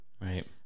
Right